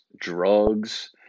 drugs